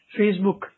Facebook